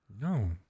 no